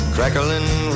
Crackling